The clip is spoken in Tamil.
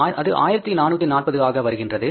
அது 1440 ஆக வருகின்றது சரியா